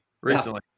recently